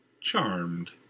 Charmed